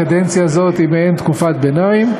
הקדנציה הזאת היא מעין תקופת ביניים,